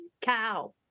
cow